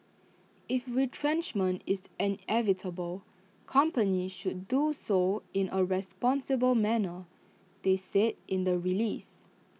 if retrenchment is inevitable companies should do so in A responsible manner they said in the release